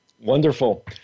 Wonderful